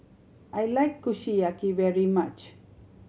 I like Kushiyaki very much